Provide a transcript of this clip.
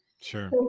Sure